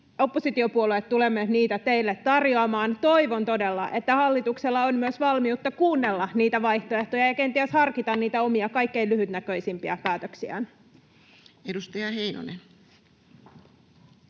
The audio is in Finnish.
oppositiopuolueet tulemme niitä teille tarjoamaan. Toivon todella, että hallituksella on myös valmiutta kuunnella niitä vaihtoehtoja ja kenties harkita niitä omia, kaikkein lyhytnäköisimpiä päätöksiään. [Speech